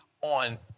on